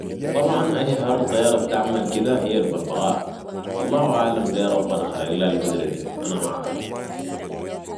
طبعاً اشهر الطيرة البتعمل كدة هي الببغاء الله اعلم لي ربنا خلق ليها القدرة دي انا ما عارف